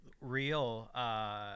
real